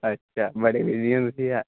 ਅੱਛਾ ਬੜੇ ਬਿਜੀ ਹੋ ਤੁਸੀਂ